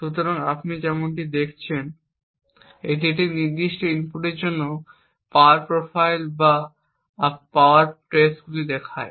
সুতরাং আপনি এখানে যেমনটি দেখছেন এটি একটি নির্দিষ্ট ইনপুটের জন্য পাওয়ার প্রোফাইল বা পাওয়ার ট্রেসগুলিকে দেখায়